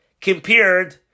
compared